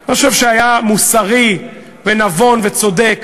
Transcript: אני חושב שהיה מוסרי ונבון וצודק